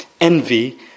envy